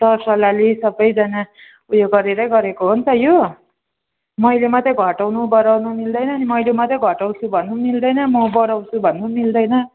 सरसल्लाहले सबैजना उयो गरेरै गरेको हो नि त यो मैले मात्रै घटाउनु बढाउनु मिल्दैन नि मैले मात्रै घटाउँछु भन्नु पनि मिल्दैन म बढाउँछु भन्नु पनि मिल्दैन